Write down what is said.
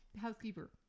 housekeeper